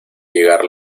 llegar